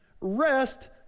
rest